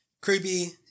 Creepy